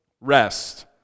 rest